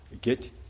get